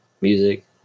music